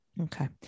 Okay